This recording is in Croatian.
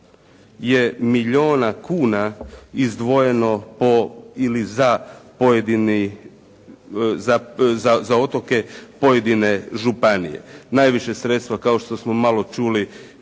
po ili za pojedini, za otoke, pojedine županije. Najviše sredstva kao što smo maloprije